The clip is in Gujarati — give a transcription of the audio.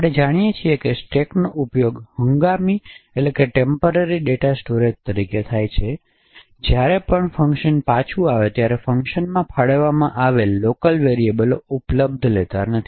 આપણે જાણીએ છીએ કે સ્ટેક્સનો ઉપયોગ હંગામી ડેટા સ્ટોરેજ તરીકે થાય છે તેથી જ્યારે પણ ફંક્શન પાછું આવે છે ત્યારે ફંક્શનમાં ફાળવવામાં આવેલા લોકલ વેરીએબલો વધુ ઉપલબ્ધ નથી